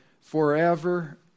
forever